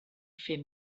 fer